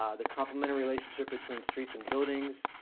ah the complementary relationship between streets and buildings,